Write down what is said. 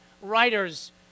writers